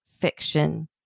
fiction